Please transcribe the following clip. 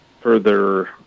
further